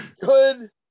good